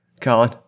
Colin